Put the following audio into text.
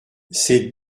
ces